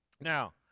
Now